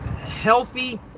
healthy